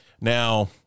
Now